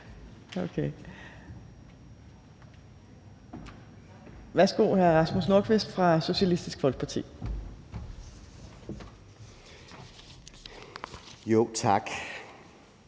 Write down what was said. er det hr. Rasmus Nordqvist fra Socialistisk Folkeparti. Værsgo.